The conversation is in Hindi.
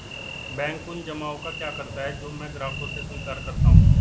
बैंक उन जमाव का क्या करता है जो मैं ग्राहकों से स्वीकार करता हूँ?